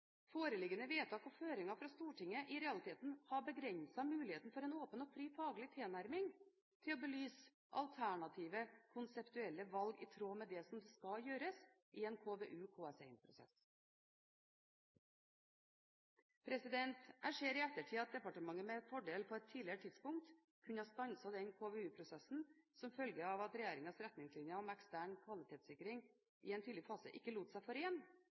foreliggende vedtak og føringer fra Stortinget i realiteten har begrensede muligheter for en åpen og fri tilnærming til å belyse alternative konseptuelle valg i tråd med det som skal gjøres i en KVU/KS1-prosess. Jeg ser i ettertid at departementet med fordel på et tidligere tidspunkt kunne ha stanset den KVU-prosessen som følge av at regjeringens retningslinjer om ekstern kvalitetssikring i en tidlig fase ikke lot seg